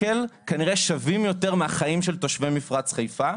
כנראה שווים יותר מהחיים של תושבי מפרץ חיפה,